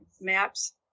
maps